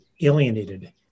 alienated